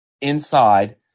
inside